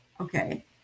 okay